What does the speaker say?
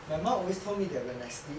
my mum always told me that when I sleep